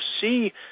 see